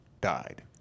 died